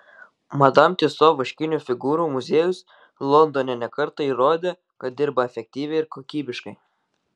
madam tiuso vaškinių figūrų muziejus londone ne kartą įrodė kad dirba efektyviai ir kokybiškai